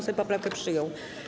Sejm poprawkę przyjął.